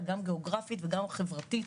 גם גיאוגרפית וגם חברתית.